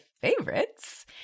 favorites